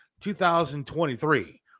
2023